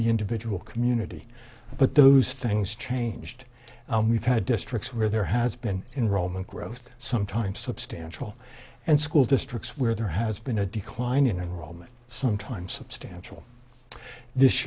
the individual community but those things changed and we've had districts where there has been in roman growth some time substantial and school districts where there has been a declining enrollment some time substantial this